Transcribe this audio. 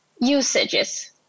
usages